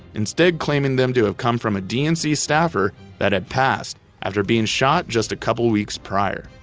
instead claiming them to have come from a dnc staffer that had passed after being shot just a couple weeks prior.